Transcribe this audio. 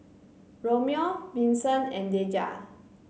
Romeo Vinson and Deja